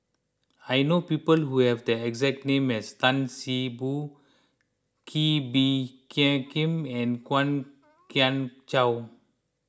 I know people who have the exact name as Tan See Boo Kee Bee Khim and Kwok Kian Chow